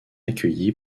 accueilli